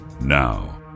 Now